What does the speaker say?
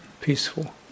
peaceful